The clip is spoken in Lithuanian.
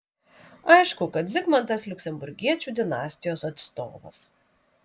aišku kad zigmantas liuksemburgiečių dinastijos atstovas